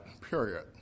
period